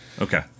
Okay